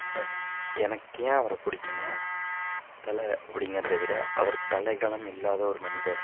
but எனக்கு ஏன் அவரை பிடிக்குன்னா தலை அப்படிங்கிறத விட அவர் தலைக்கனம் இல்லாத ஒரு மனிதர்